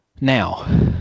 Now